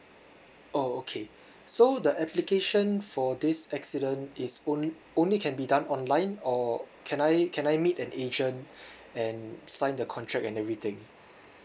oh okay so the application for this accident is onl~ only can be done online or can I can I meet an agent and sign the contract and everything